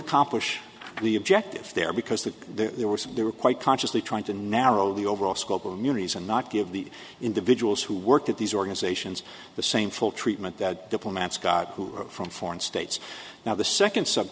accomplish the objective there because that there were some there were quite consciously trying to narrow the overall scope of immunities and not give the individuals who work at these organizations the same full treatment that diplomats god who from foreign states now the second